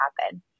happen